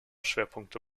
schwerpunkte